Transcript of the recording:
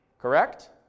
Correct